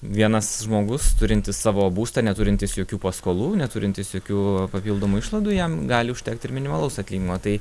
vienas žmogus turintis savo būstą neturintis jokių paskolų neturintis jokių papildomų išlaidų jam gali užtekt ir minimalaus atlyginimo tai